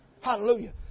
Hallelujah